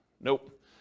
Nope